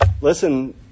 listen